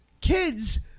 Kids